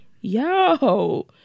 Yo